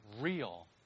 real